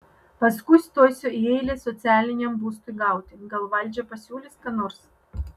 paskui stosiu į eilę socialiniam būstui gauti gal valdžia pasiūlys ką nors